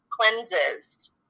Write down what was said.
cleanses